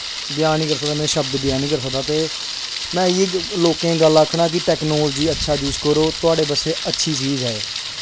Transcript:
बयान निं करी सकदा में शब्द बयान निं करी सकदा ते में इ'यै लोकें गी आखना कि टेक्नोलॉजी दा अच्छा यूज करो थुआढ़े बास्तै अच्छी चीज ऐ एह्